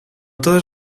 todas